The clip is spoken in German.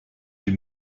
die